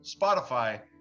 Spotify